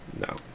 No